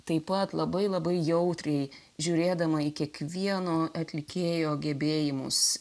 taip pat labai labai jautriai žiūrėdama į kiekvieno atlikėjo gebėjimus